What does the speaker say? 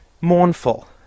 mournful